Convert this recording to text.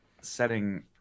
setting